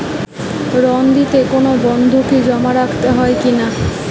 ঋণ নিতে কোনো বন্ধকি জমা রাখতে হয় কিনা?